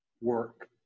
work